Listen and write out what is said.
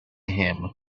him